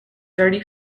dirty